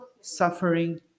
suffering